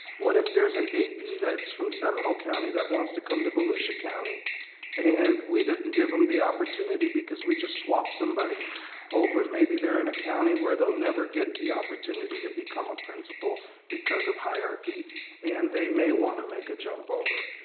what if there's an ap that's from seminole county that wants to come to volusia county and we didn't give em the opportunity because we just swapped somebody over? maybe they're in a county where they'll never get the opportunity to become a principal because of hierarchy and they may wanna make a jump over.